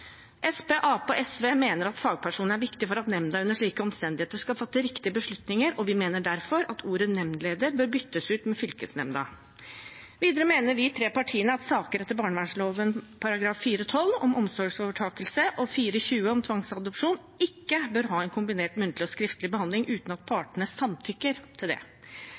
og SV mener at fagpersonen er viktig for at nemnda under slike omstendigheter skal fatte riktige beslutninger, og vi mener derfor at ordet «nemndleder» bør byttes ut med «fylkesnemnda». Videre mener vi tre partiene at saker etter barnevernloven §§ 4-12, om omsorgsovertakelse, og 4-20, om tvangsadopsjon, ikke bør ha en kombinert muntlig og skriftlig behandling uten at partene samtykker til det.